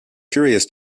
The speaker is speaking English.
curious